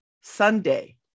Sunday